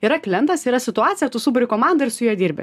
yra klientas yra situacija tu suburi komandą ir su juo dirbi